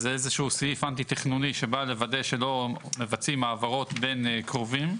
אז זה איזשהו סעיף אנטי תכנוני שבא לוודא שלא מבצעים העברות בין קרובים.